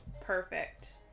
Perfect